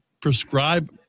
prescribe